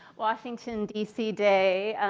washington dc day.